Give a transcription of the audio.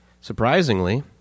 Surprisingly